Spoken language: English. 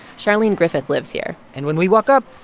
charlene griffith lives here and when we walk up,